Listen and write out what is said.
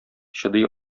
чыдый